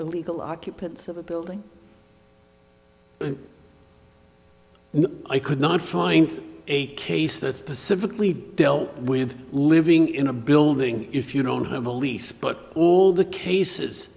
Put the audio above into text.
illegal occupants of a building no i could not find a case that specifically dealt with living in a building if you don't have a lease but all the cases